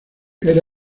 era